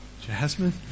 Jasmine